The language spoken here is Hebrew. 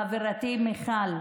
חברתי מיכל,